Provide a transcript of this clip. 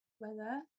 weather